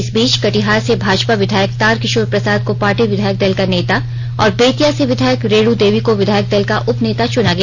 इस बीच कटिहार से भाजपा विधायक तार किशोर प्रसाद को पार्टी विधायक दल का नेता और बेतिया से विधायक रेणू देवी को विधायक दल का उप नेता चुना गया